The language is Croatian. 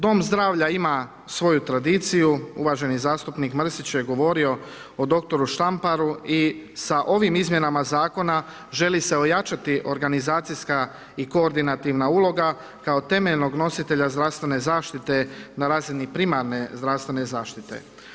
Dom zdravlja ima svoju tradiciju, uvaženi zastupnik Mrsić je govorio o dr. Štamparu i sa ovim izmjenama zakona želi se ojačati organizacijska i koordinativna uloga kao temeljnog nositelja zdravstvene zaštite na razini primarne zdravstvene zaštite.